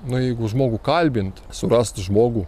na jeigu žmogų kalbint surast žmogų